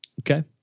Okay